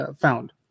found